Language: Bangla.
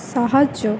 সাহায্য